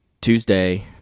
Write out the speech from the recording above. Tuesday